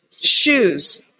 shoes